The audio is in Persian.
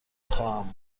خواهم